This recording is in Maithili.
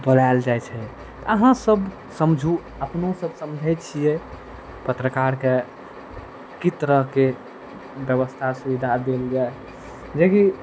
बोलाएल जाइ छै आहाँ सब समझू अपनो सब समझै छियै पत्रकारके की तरहके व्यवस्था सुविधा देल जाय जेकि